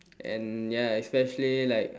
and ya especially like